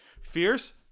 Fierce